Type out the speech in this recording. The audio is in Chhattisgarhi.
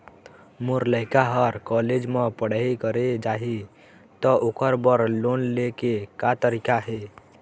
मोर लइका हर कॉलेज म पढ़ई करे जाही, त ओकर बर लोन ले के का तरीका हे?